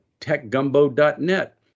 techgumbo.net